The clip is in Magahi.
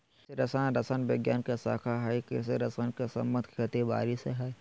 कृषि रसायन रसायन विज्ञान के शाखा हई कृषि रसायन के संबंध खेती बारी से हई